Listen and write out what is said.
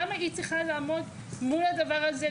למה היא צריכה לעמוד מול הדבר הזה?